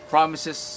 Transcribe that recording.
Promises